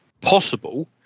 possible